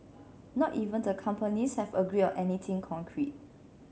not even the companies have agreed on anything concrete